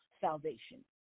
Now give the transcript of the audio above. salvation